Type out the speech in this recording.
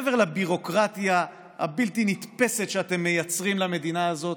מעבר לביורוקרטיה הבלתי-נתפסת שאתם מייצרים למדינה הזאת,